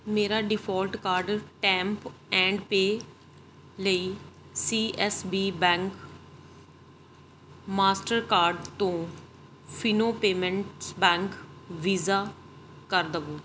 ਮੇਰਾ default card tap and pay ਲਈ C S B bank Mastercard ਤੋਂ Fino payments bank Visa ਕਰ ਦੇਵੋ